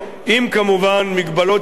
מגבלות של מדדים אחרים,